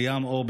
ליאם אור,